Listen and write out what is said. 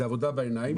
זאת עבודה בעיניים.